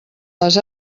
les